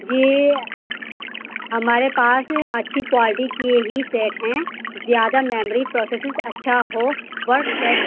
جی ہمارے پاس اچھی کوالٹی کے ہی سیٹ ہیں زیادہ میموری پروسسز اچھا ہو ورک ٹیک